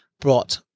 brought